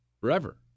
forever